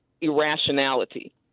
irrationality